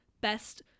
best